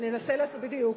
בדיוק.